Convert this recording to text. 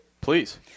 please